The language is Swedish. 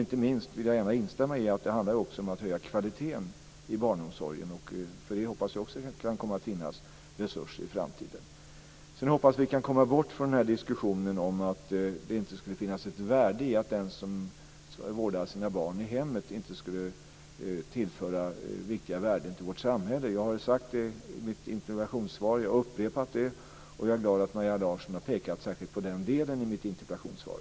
Inte minst vill jag gärna instämma i att det också handlar om att höja kvaliteten i barnomsorgen. Det hoppas jag också att det kan komma att finnas resurser för i framtiden. Jag hoppas att vi kan komma bort från diskussionen om att det inte skulle finnas ett värde i att vårda sina barn i hemmet, att de som gör det inte skulle tillföra viktiga värden i vårt samhälle. Jag har sagt det i mitt interpellationssvar, och jag har upprepat det. Jag är glad för att Maria Larsson har pekat särskilt på den delen i mitt interpellationssvar.